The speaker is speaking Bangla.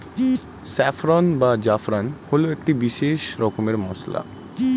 স্যাফ্রন বা জাফরান হল একটি বিশেষ রকমের মশলা